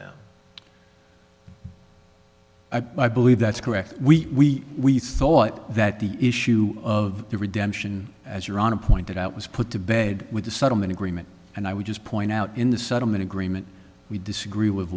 them i believe that's correct we thought that the issue of redemption as your on a pointed out was put to bed with the settlement agreement and i would just point out in the settlement agreement we disagree with